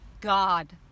God